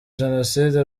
jenoside